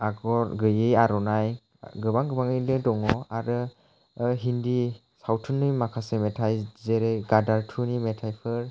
आगर गैयै आर'नाइ गोबां गोबाङैनो दङ आरो हिन्दी सावथुननि माखासे मेथाइ जेरै गद्दर टुनि मेथाइफोर